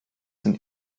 sind